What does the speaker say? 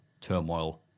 turmoil